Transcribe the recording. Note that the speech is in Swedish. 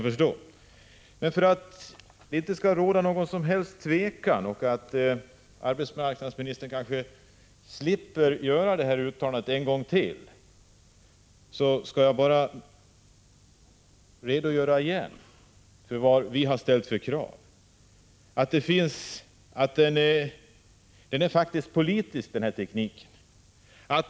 För att det inte skall råda något som helst tvivel och för att arbetsmarknadsministern skall slippa göra uttalandet en gång till, skall jag återigen redogöra för vilka krav vi har ställt. Frågan om tekniken är faktiskt politisk.